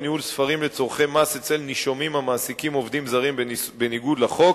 ניהול ספרים לצורכי מס אצל נישומים המעסיקים עובדים זרים בניגוד לחוק